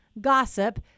gossip